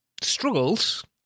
struggles